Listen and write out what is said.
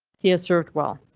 he has served well.